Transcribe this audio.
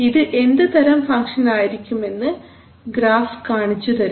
ഇത് എന്ത് തരം ഫങ്ക്ഷൻ ആയിരിക്കും എന്ന് ഗ്രാഫ് കാണിച്ചു തരും